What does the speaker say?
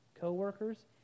co-workers